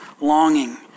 longing